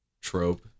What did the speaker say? trope